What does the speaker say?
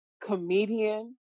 comedian